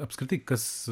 apskritai kas